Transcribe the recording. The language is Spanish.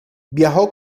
viajó